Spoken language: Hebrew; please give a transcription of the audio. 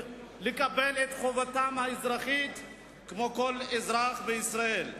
לקבל את חובתם האזרחית כמו כל אזרח אחר בישראל.